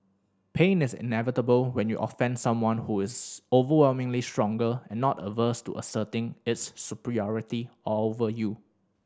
pain is inevitable when you offend someone who is overwhelmingly stronger and not averse to asserting its superiority over you